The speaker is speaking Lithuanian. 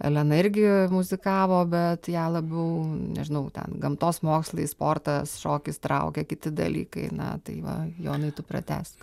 elena irgi muzikavo bet ją labiau nežinau ten gamtos mokslai sportas šokis traukia kiti dalykai na tai va jonai tu pratęsk